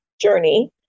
journey